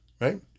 right